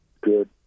good